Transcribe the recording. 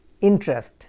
interest